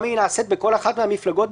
לחוק-יסוד: הממשלה,